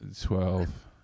twelve